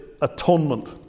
Atonement